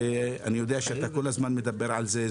אני יודע שאתה כל הזמן מדבר על זה,